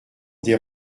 des